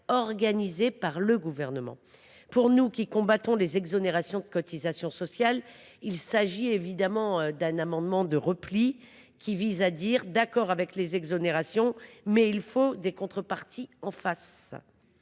organisée par le Gouvernement. Pour nous, qui combattons les exonérations de cotisations sociales, il s’agit évidemment d’un amendement de repli, qui revient à dire : nous consentons aux exonérations, mais il faut des contreparties. La